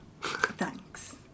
Thanks